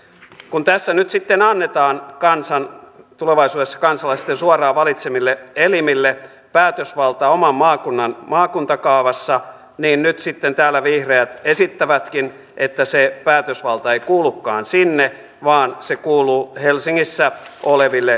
kun tässä nyt sitten annetaan tulevaisuudessa kansalaisten suoraan valitsemille elimille päätösvalta oman maakunnan maakuntakaavassa niin täällä vihreät esittävätkin että se päätösvalta ei kuulukaan sinne vaan se kuuluu helsingissä oleville virkamiehille